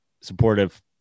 supportive